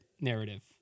narrative